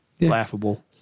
Laughable